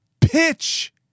pitch